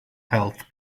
health